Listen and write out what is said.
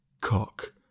cock